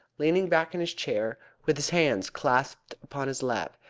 leaning back in his chair with his hands clasped upon his lap,